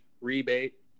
rebate